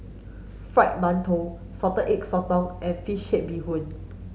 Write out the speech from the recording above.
fried mantou salted egg sotong and fish head bee hoon